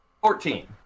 Fourteen